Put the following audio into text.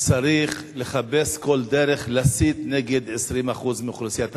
צריך לחפש כל דרך להסית נגד 20% מאוכלוסיית המדינה.